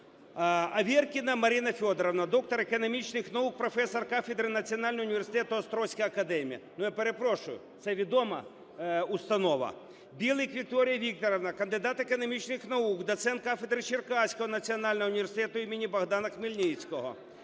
Аверкіна Марина Федорівна, доктор економічних наук, професор кафедри Національного університету "Острозька академія". Я перепрошую, це відома установа. Білик Вікторія Вікторівна, кандидат економічних наук, доцент кафедри Черкаського Національного університету імені Богдана Хмельницького.